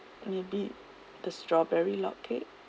maybe the strawberry log cake